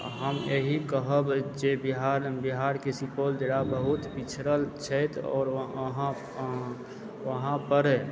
हम इएह कहब जे बिहार बिहारके सुपौल जिला बहुत पिछड़ल छथि आओर वहाँ पर